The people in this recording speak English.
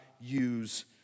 use